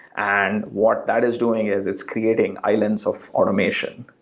and what that is doing is it's creating islands of automation,